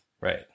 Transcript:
right